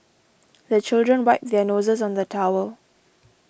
the children wipe their noses on the towel